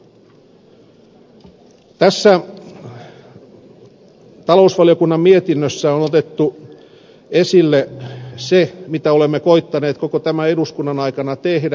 tässä talousvaliokunnan mietinnössä on otettu esille se mitä olemme koettaneet koko tämän eduskunnan aikana tehdä